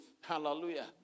Hallelujah